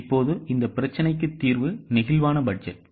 இப்போது இந்த பிரச்சினைக்கு தீர்வு நெகிழ்வான பட்ஜெட்